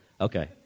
Okay